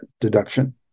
deduction